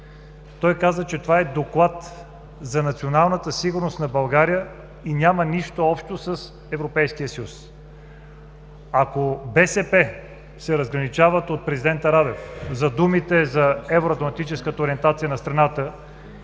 Той каза, че това е Доклад за националната сигурност на България и няма нищо общо с Европейския съюз. Ако от БСП се разграничават от президента Радев за думите за евроатлантическата ориентация на страната